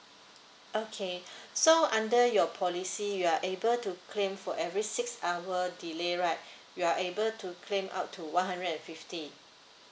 okay so under your policy you are able to claim for every six hour delay right you are able to claim up to one hundred and fifty